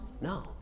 No